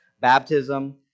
baptism